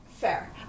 Fair